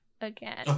again